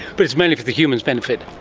but it's mainly for the humans' benefit.